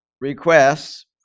requests